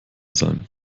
sein